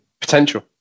Potential